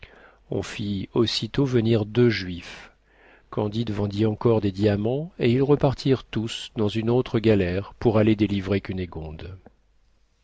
on fit aussitôt venir deux juifs candide vendit encore des diamants et ils repartirent tous dans une autre galère pour aller délivrer